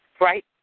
right